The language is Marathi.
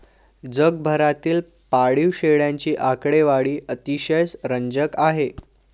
जगभरातील पाळीव शेळ्यांची आकडेवारी अतिशय रंजक आहे